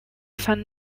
van